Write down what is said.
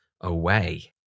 away